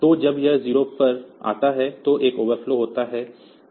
तो जब यह 0 पर आता है तो एक ओवरफ्लो होता है